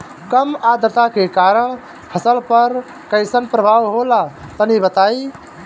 कम आद्रता के कारण फसल पर कैसन प्रभाव होला तनी बताई?